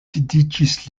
dediĉis